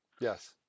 Yes